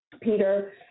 Peter